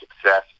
success